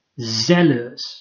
zealous